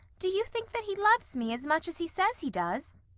do you think that he loves me as much as he says he does?